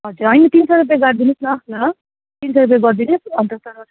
हजुर होइन तिन सय रुपियाँ गरिदिनुहोस् न ल तिन सय रुपियाँ गरिदिनुहोस् अन्त